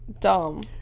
dumb